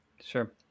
Sure